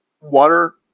water